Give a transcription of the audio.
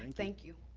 thank you.